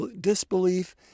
disbelief